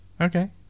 Okay